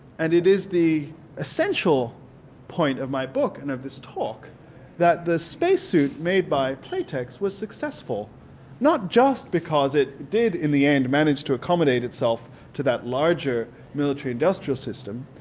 and it is the essential point of my book and of this talk that the spacesuit made by playtex was successful not just because it did in the end manage to accommodate itself to that larger military industrial system,